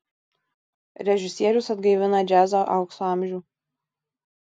režisierius atgaivina džiazo aukso amžių